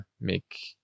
make